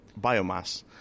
biomass